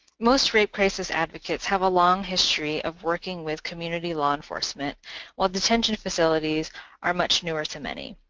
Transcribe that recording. most rape crisis advocates have a long history of working with community law enforcement while detention facilities are much newer to many.